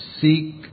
seek